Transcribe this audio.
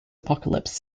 apocalypse